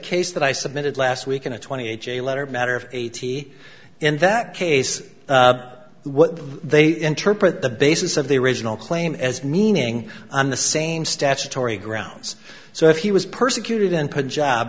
case that i submitted last week in a twenty eight a letter matter of eighty in that case what they interpret the basis of the original claim as meaning on the same statutory grounds so if he was persecuted in pu